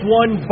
one